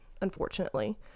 unfortunately